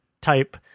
type